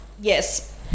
Yes